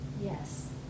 yes